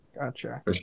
Gotcha